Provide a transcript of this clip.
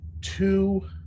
two